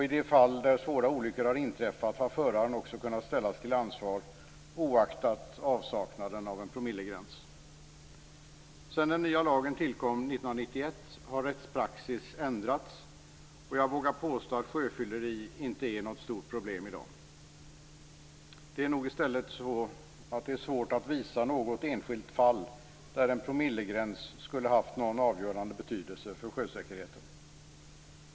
I det fall där svåra olyckor har inträffat har föraren också kunnat ställas till ansvar, oaktat avsaknaden av en promillegräns. Sedan den nya lagen tillkom 1991 har rättspraxis ändrats, och jag vågar påstå att sjöfylleri inte är något stort problem i dag. Det är nog i stället så att det är svårt att visa något enskilt fall där en promillegräns skulle haft någon avgörande betydelse för sjösäkerheten.